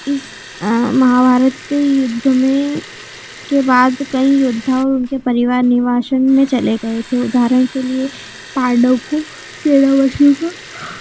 इस महाभारत युद्ध में उसके बाद कई योद्धा हुए उनके परिवार निवाश्रम में चले गए थे उदाहरण के लिए पांडवों को तेरह वर्ष को